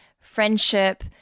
friendship